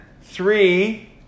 three